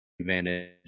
advantage